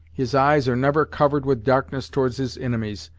his eyes are never covered with darkness towards his inimies,